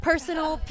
Personal